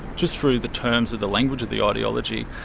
just through the terms of the language of the ideology,